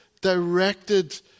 directed